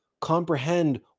comprehend